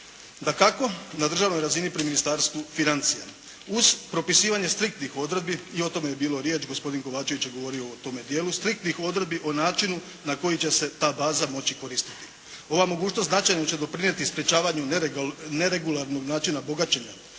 Dakako, na državnoj razini pri Ministarstvu financija. Uz propisivanje striktnih odredbi, i o tome je bilo riječ, gospodin Kovačević je govorio o tome dijelu, striktnih odredbi o načinu na koji će se ta baza moći koristiti. Ova mogućnost značajno će doprinijeti neregularnog načina bogaćenja.